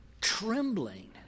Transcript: trembling